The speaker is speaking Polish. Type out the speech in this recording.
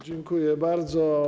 Dziękuję bardzo.